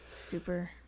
super